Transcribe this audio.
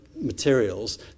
materials